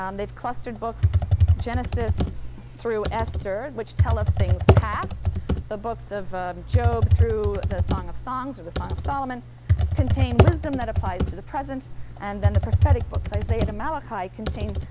um they've clustered books genesis through esther, which tell of things past the books of job through the song of songs or the song of solomon contain wisdom that applies to the present and then the prophetic books, isaiah to malachi, contain